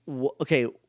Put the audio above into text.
okay